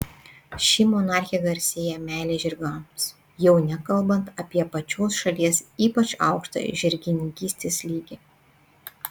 ši monarchė garsėja meile žirgams jau nekalbant apie pačios šalies ypač aukštą žirgininkystės lygį